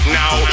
now